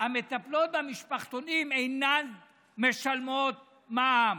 המטפלות במשפחתונים אינן משלמות מע"מ.